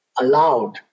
allowed